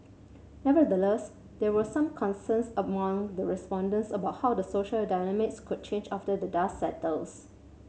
nevertheless there were some concerns among the respondents about how the social dynamics could change after the dust settles